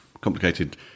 complicated